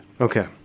Okay